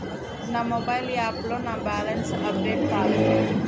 నా మొబైల్ యాప్లో నా బ్యాలెన్స్ అప్డేట్ కాలే